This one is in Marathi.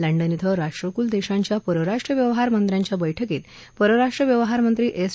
लंडन इथं राष्ट्रक्ल देशांच्या परराष्ट्र व्यवहार मंत्र्यांच्या बैठकीत परराष्ट्र व्यवहार मंत्री एस